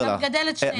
אתה מגדל את שניהם.